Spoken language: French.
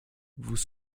vous